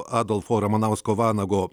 adolfo ramanausko vanago